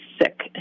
sick